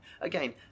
Again